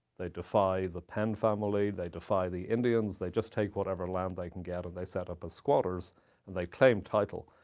they defy the penn family. they defy the indians. they just take whatever land they can get, and they set up as squatters and they claim title.